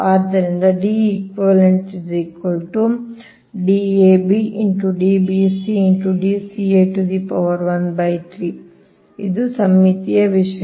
ಆದ್ದರಿಂದ ಇದು ಸಮ್ಮಿತೀಯ ವಿಷಯ